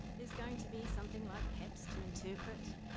is going to be something like perhaps, to interpret,